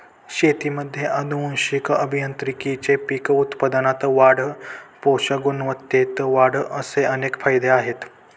शेतीमध्ये आनुवंशिक अभियांत्रिकीचे पीक उत्पादनात वाढ, पोषक गुणवत्तेत वाढ असे अनेक फायदे आहेत